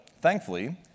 Thankfully